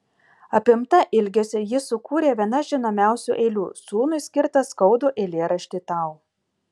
apimta ilgesio ji sukūrė vienas žinomiausių eilių sūnui skirtą skaudų eilėraštį tau